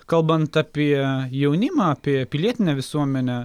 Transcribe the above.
kalbant apie jaunimą apie pilietinę visuomenę